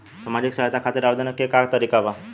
सामाजिक सहायता खातिर आवेदन के का तरीका बा?